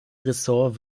ressort